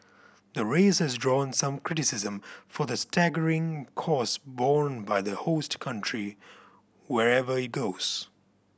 the race has drawn some criticism for the staggering cost borne by the host country wherever it goes